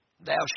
thou